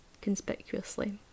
conspicuously